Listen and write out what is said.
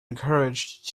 encouraged